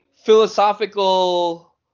philosophical